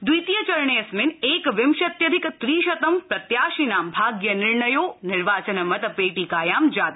द्वितीय चरणेऽस्मिन् एकविंशत्यधिक त्रिशतं प्रत्याशिनां भाग्यनिर्णयो निर्वाचन मत पेटिकायां जातः